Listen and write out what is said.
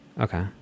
Okay